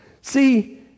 See